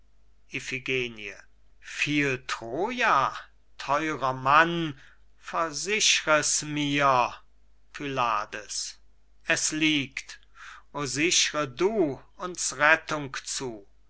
fiel troja theurer mann versichr es mir pylades es liegt o sichre du uns rettung zu